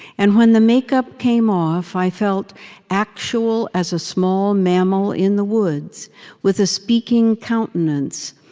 and when the makeup came off i felt actual as a small mammal in the woods with a speaking countenance,